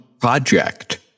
Project